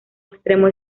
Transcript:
extremo